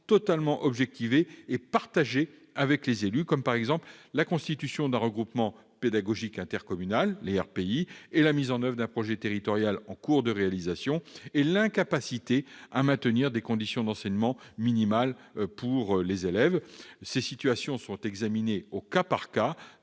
totalement objectivés et partagés avec les élus, comme la constitution d'un regroupement pédagogique intercommunal- RPI -, la mise en oeuvre d'un projet territorial en cours de réalisation, l'incapacité à maintenir des conditions d'enseignement minimales pour les élèves. Ces situations sont examinées au cas par cas